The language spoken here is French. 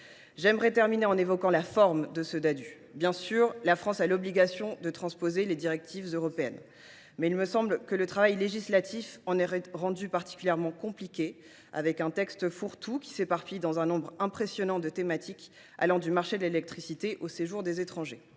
Je terminerai en évoquant la forme de ce Ddadue. Bien sûr, la France a l’obligation de transposer les directives européennes, mais le travail législatif est rendu particulièrement compliqué par un texte fourre tout qui s’éparpille dans un nombre impressionnant de thématiques, allant du marché de l’électricité au séjour des étrangers.